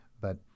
but-